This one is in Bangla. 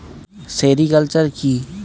সেরিলচার কি?